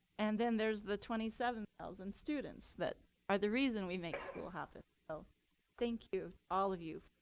and then there's the twenty seven thousand students that are the reason we make school happen. so thank you, all of you.